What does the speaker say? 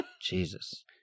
Jesus